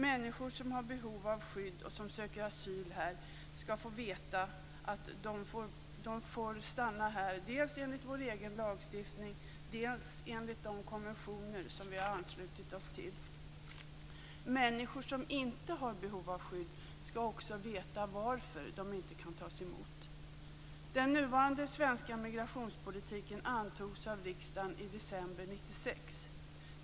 Människor som har behov av skydd och som söker asyl här skall få veta att de får stanna här dels enligt vår egen lagstiftning, dels enligt de konventioner som vi har anslutit oss till. Människor som inte har behov av skydd skall också veta varför de inte kan tas emot. Den nuvarande svenska migrationspolitiken antogs av riksdagen i december 1996.